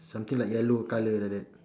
something like yellow colour like that